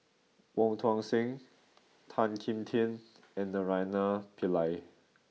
Wong Tuang Seng Tan Kim Tian and Naraina Pillai